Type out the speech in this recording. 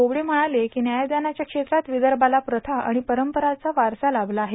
बोबडे म्हणाले की व्यायदानाच्या क्षेत्रात विदर्भाला प्रथा आणि परंपरांची उच्च परंपरा लाभली आहे